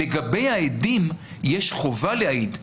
לגבי העדים יש חובה להעיד.